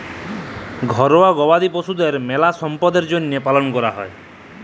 ঘরুয়া গবাদি পশুদের মেলা ছম্পদের জ্যনহে পালন ক্যরা হয়